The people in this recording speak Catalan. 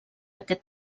aquest